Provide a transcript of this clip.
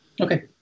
Okay